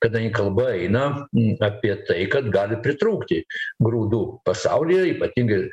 kadangi kalba eina apie tai kad gali pritrūkti grūdų pasaulyje ypatingai